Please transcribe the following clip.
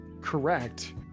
correct